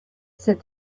said